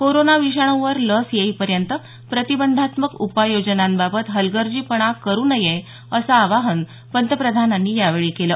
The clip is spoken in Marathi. कोरोना विषाणूवर लस येईपर्यंत प्रतिबंधात्मक उपाययोजनांबाबत हलगर्जीपणा करू नये असं आवाहन पंतप्रधानांनी यावेळी केलं